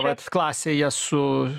vat klasėje su